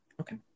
okay